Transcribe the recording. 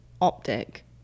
optic